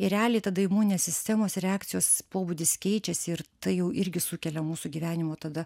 ir realiai tada imuninės sistemos reakcijos pobūdis keičiasi ir tai jau irgi sukelia mūsų gyvenimo tada